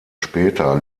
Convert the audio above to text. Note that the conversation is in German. später